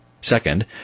Second